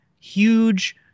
huge